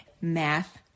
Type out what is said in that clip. math